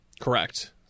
Correct